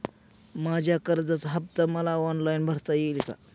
माझ्या कर्जाचा हफ्ता मला ऑनलाईन भरता येईल का?